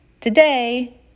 Today